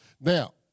Now